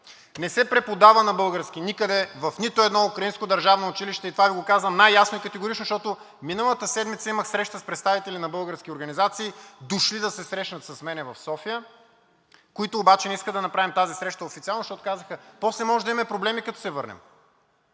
Не се преподава на български никъде в нито едно украинско държавно училище и това Ви го казвам най-ясно и категорично, защото миналата седмица имах среща с представители на български организации, дошли да се срещнат с мен в София, които обаче не искат да направим тази среща официално, защото казаха: после може да имаме проблеми, като се върнем.